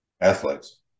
athletes